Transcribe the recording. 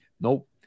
nope